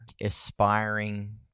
aspiring